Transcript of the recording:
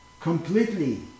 completely